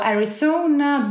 Arizona